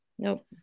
Nope